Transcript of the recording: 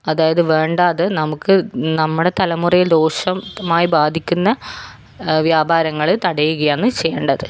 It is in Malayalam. അതായത് വേണ്ടാതെ നമുക്ക് നമ്മുടെ തലമുറയിൽ ദോഷമായി ബാധിക്കുന്ന വ്യാപാരങ്ങള് തടയുകയാണ് ചെയ്യേണ്ടത്